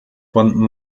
von